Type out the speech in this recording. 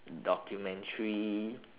documentary